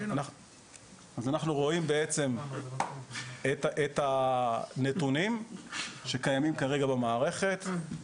אנחנו רואים בעצם את הנתונים שקיימים כרגע במערכת,